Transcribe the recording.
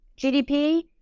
GDP